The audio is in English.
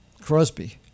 Crosby